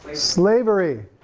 slavery,